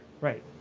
Right